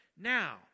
Now